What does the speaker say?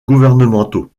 gouvernementaux